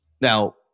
Now